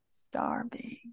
Starving